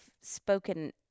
spoken